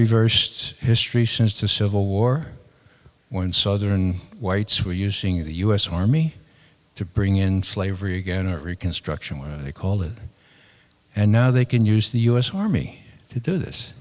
reversed history since the civil war when southern whites were using the u s army to bring in slavery again or reconstruction what they call it and now they can use the u s army to do this